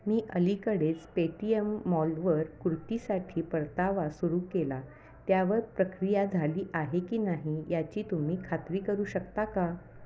मी अलीकडेच Paytm मॉलवर कृतीसाठी परतावा सुरू केला त्यावर प्रक्रिया झाली आहे की नाही याची तुम्ही खात्री करू शकता का